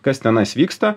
kas tenai vyksta